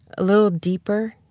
a little deeper,